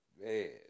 man